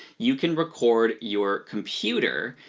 you can record your computer,